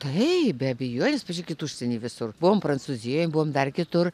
taip be abejonės pažiūrėkit užsieny visur buvom prancūzijoj buvom dar kitur